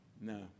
No